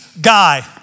guy